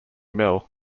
mill